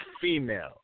female